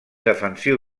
defensiu